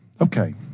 Okay